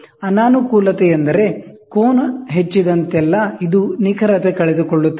ಅನಾನುಕೂಲತೆ ಎಂದರೆಕೋನ ಹೆಚ್ಚಿದಂತೆಲ್ಲ ಇದು ನಿಖರತೆ ಕಳೆದು ಕೊಳ್ಳುತ್ತದೆ